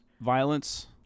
violence